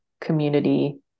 community